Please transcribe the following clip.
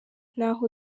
n’aho